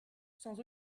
sans